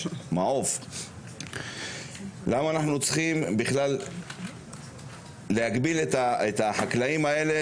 מה אנחנו צריכים להגביל את החקלאים האלה